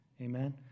Amen